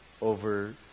over